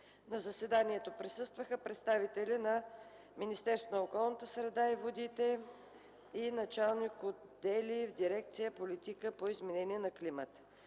На заседанието присъстваха представители на Министерството на околната среда и водите и началник отдели в дирекция „Политика по изменение на климата”.